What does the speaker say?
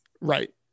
Right